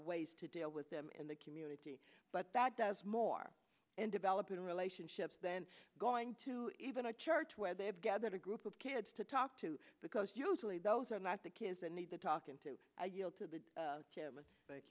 ways to deal with them in the community but that does more in developing relationships than going to even a church where they have gathered a group of kids to talk to because usually those are not the kids that need the talking to